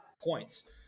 points